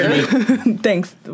Thanks